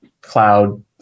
cloud